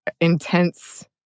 intense